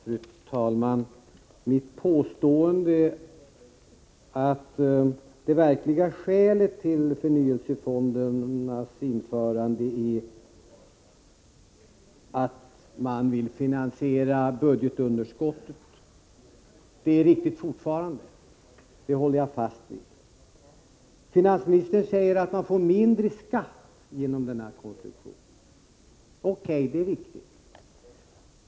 Fru talman! Mitt påstående att det verkliga skälet till förnyelsefondernas införande är att man vill finansiera budgetunderskottet — det är riktigt fortfarande och det håller jag fast vid. Finansministern säger att man får mindre i skatt genom förnyelsefonderna. Det är riktigt.